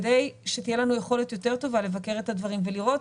כדי שתהיה לנו יכולת יותר טובה לבקר את הדברים ולראות,